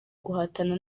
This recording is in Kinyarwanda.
guhatana